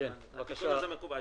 התיקון הזה מקובל.